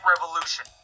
revolution